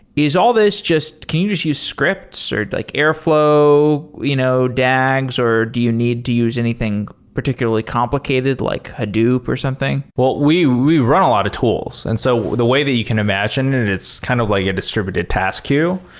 is all this just can you just scripts or like airflow, you know dags, or do you need to use anything particularly complicated like hadoop or something? but we we run a lot of tools. and so the way the you can imagine, it's kind of like a distributed task queue,